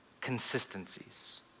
consistencies